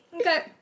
Okay